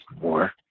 war